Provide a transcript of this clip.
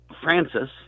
Francis